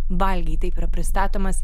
valgei taip yra pristatomas